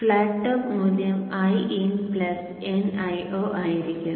flat top മൂല്യം Iin nIo ആയിരിക്കും